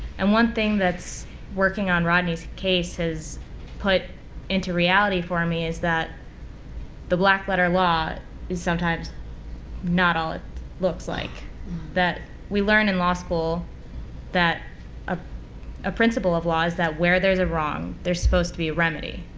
and one thing that's working on rodney's case has put into reality for me is that the black letter law is sometimes not all it looks like that we learn in law school that ah a principle of law is that where there's a wrong there's supposed to be a remedy.